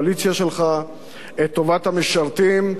את טובת המשרתים או את טובת המשתמטים?